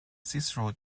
cicero